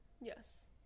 Yes